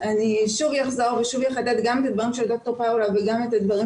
אני שוב אחזור ושוב אחדד גם את הדברים של ד"ר פאולה וגם את הדברים